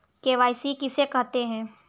KYC किसे कहते हैं?